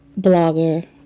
blogger